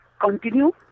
continue